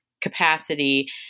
capacity